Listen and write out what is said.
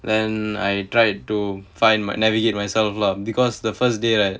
then I tried to find my navigate myself lah because the first day right